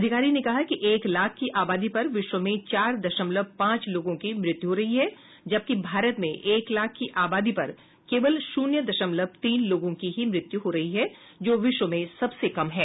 अधिकारी ने कहा कि एक लाख की आबादी पर विश्व में चार दशमलव पांच लोगों की मृत्यु हो रही है जबकि भारत में एक लाख की आबादी पर केवल शून्य दशमलव तीन लोगों की ही मृत्यु हो रही है जो विश्व में सबसे कम है